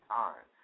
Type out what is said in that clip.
time